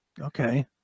okay